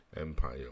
Empire